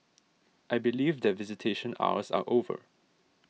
I believe that visitation hours are over